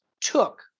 took